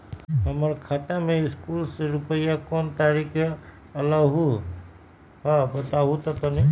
हमर खाता में सकलू से रूपया कोन तारीक के अलऊह बताहु त तनिक?